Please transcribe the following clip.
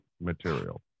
material